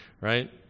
right